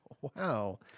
Wow